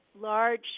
large